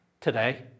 today